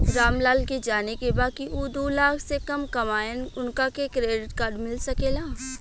राम लाल के जाने के बा की ऊ दूलाख से कम कमायेन उनका के क्रेडिट कार्ड मिल सके ला?